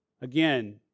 Again